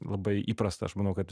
labai įprasta aš manau kad